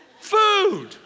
Food